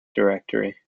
directory